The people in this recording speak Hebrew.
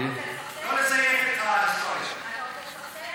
לא לזה, אתה רוצה לסכסך?